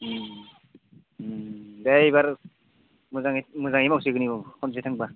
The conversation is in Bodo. दे इबार मोजाङै मावसिगोन औ खनसे थांब्ला